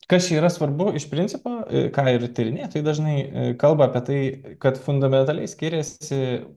kas yra svarbu iš principo ką ir tyrinėtojai dažnai kalba apie tai kad fundamentaliai skiriasi